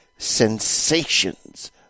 Sensations